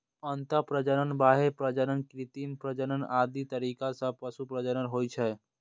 अंतः प्रजनन, बाह्य प्रजनन, कृत्रिम प्रजनन आदि तरीका सं पशु प्रजनन होइ छै